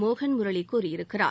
மோகன் முரளி கூறியிருக்கிறார்